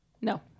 No